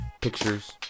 pictures